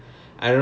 ya